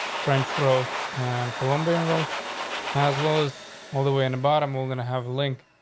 french rose and colombian roast as well as all the way in the bottom. we're gonna have link.